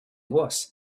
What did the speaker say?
was